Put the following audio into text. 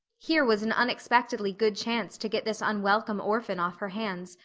here was an unexpectedly good chance to get this unwelcome orphan off her hands,